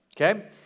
okay